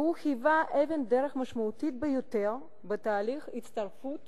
והוא היווה אבן-דרך משמעותית ביותר בתהליך הצטרפות